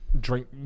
drink